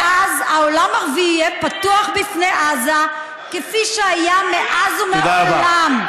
ואז העולם הערבי יהיה פתוח בפני עזה כפי שהיה מאז ומעולם.